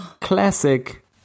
classic